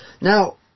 Now